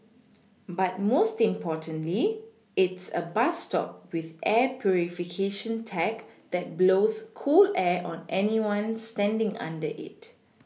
but most importantly it's a bus stop with air purification tech that blows cool air on anyone standing under it